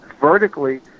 vertically